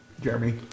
Jeremy